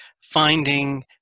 Finding